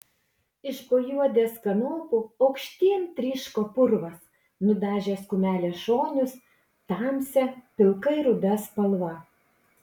iš po juodės kanopų aukštyn tryško purvas nudažęs kumelės šonus tamsia pilkai ruda spalva